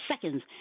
seconds